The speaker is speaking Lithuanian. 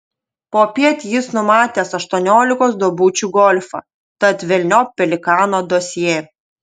popiet jis numatęs aštuoniolikos duobučių golfą tad velniop pelikano dosjė